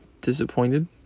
disappointed